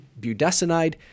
budesonide